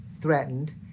threatened